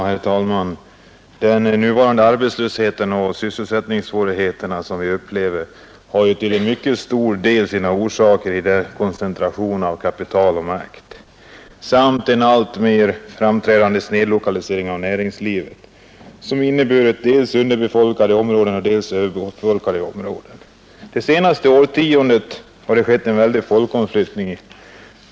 Herr talman! Den arbetslöshet och de sysselsättningssvårigheter som vi nu upplever har till en mycket stor del sina orsaker i koncentrationen av kapital och makt samt i en alltmer framträdande snedlokalisering av näringslivet, som inneburit dels underbefolkade områden, dels överbefolkade områden. Det senaste årtiondet har det skett en väldig folkomflyttning.